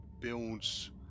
builds